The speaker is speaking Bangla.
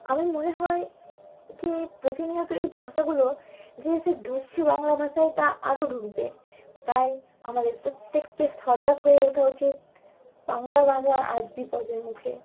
আমার মনে হয় কি প্রতিনিয়ত এই ভাষাগুলো যে সে ঢুকছে বাংলা ভাষায় তা আরও ঢুকবে তাই আমাদের প্রত্যেককে সজাগ হয়ে ওঠা উচিত বাংলা ভাষা আজ বিপদের মুখে